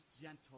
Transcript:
gentle